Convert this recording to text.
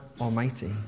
Almighty